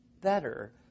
better